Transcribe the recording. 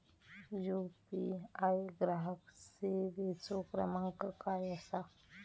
UPI ग्राहक सेवेचो क्रमांक काय असा?